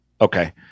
Okay